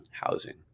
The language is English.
housing